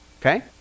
Okay